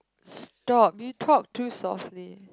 stop you talk too softly